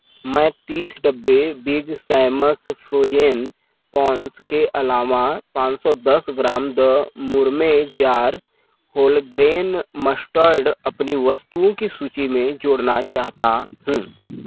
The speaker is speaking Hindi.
मैं तीस डब्बे बिग सैमस फ्रोजेन प्रॉन्स के अलावा पाँच सौ दस ग्राम द मुरमे जार होलग्रेन मस्टर्ड अपनी वस्तुओं की सूची में जोड़ना चाहता हूँ